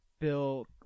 Bill